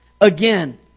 again